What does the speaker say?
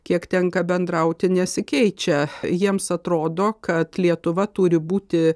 kiek tenka bendrauti nesikeičia jiems atrodo kad lietuva turi būti